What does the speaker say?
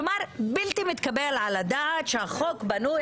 כלומר בלתי מתקבל על הדעת שהחוק בנוי